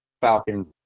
falcons